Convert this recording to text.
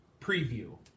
preview